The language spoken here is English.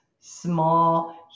small